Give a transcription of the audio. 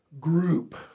group